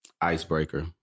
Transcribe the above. icebreaker